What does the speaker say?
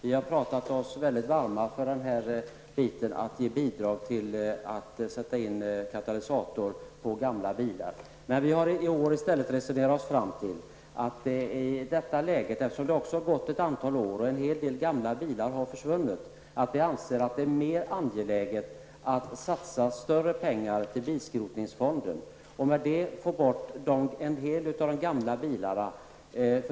Vi har talat oss mycket varma för att man skall ge bidrag för att det skall kunna sättas in katalysatorer på gamla bilar. I år har vi resonerat oss fram till att i detta läge -- det har gått ett antal år, och en hel del gamla bilar har försvunnit -- anser vi att det är mera angeläget att satsa mera pengar i bilskrotningsfonden och därigenom få bort en hel del av de gamla bilarna.